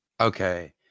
Okay